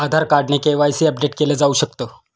आधार card ने KYC update केल जाऊ शकत